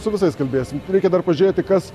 su visais kalbėsim reikia dar pažiūrėti kas